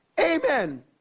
amen